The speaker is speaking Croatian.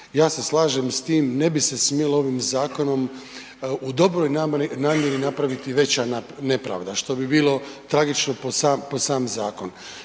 Ja se slažem s tim, ne bi se smilo ovim zakonom u dobroj namjeri napraviti veća nepravda, što bi bilo tragično po sam zakon.